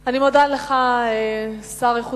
אני מודה לך, השר לאיכות